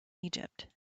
egypt